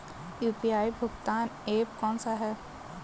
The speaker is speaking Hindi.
यू.पी.आई भुगतान ऐप कौन सा है?